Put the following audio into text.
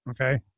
okay